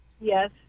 Yes